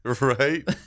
Right